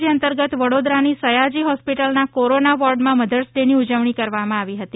જે અંતર્ગત વડોદરાની સયાજી હોસ્પિટલમાં કોરોના વોર્ડમાં મધર્સ ડેની ઉજવણી કરવામાં આવી હતી